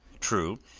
true,